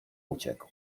uciekł